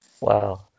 Wow